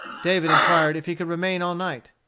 david inquired if he could remain all night.